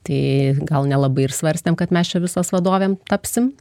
tai gal nelabai ir svarstėm kad mes čia visos vadovėm tapsim